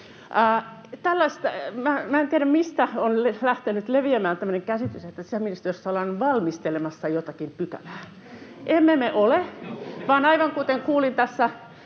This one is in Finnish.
en tiedä, mistä oli lähtenyt leviämään tämmöinen käsitys, että sisäministeriössä ollaan valmistelemassa jotakin pykälää. Emme me ole, vaan aivan kuten kuulin tässä